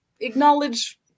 acknowledge